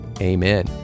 Amen